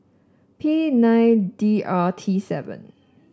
P nine D R T seven